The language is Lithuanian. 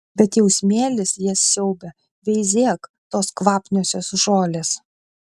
bet jau smėlis jas siaubia veizėk tos kvapniosios žolės